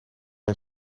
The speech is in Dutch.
een